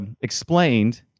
explained